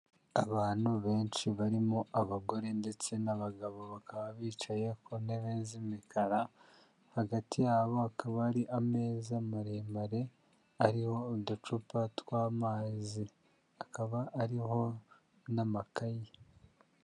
Abantu benshi barimo abagore ndetse n'abagabo bakaba bicaye ku ntebe z'imikara hagati yabo akaba ari ameza maremare ariho uducupa tw'amazi akaba ariho n'amakaye.